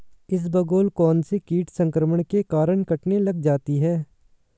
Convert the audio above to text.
इसबगोल कौनसे कीट संक्रमण के कारण कटने लग जाती है?